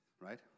right